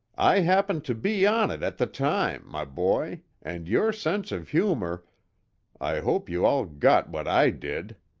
i happened to be on it at the time, my boy, and your sense of humor i hope you all got what i did!